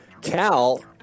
Cal